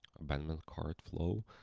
abandoned cart flow,